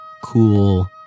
cool